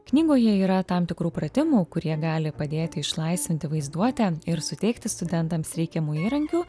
knygoje yra tam tikrų pratimų kurie gali padėti išlaisvinti vaizduotę ir suteikti studentams reikiamų įrankių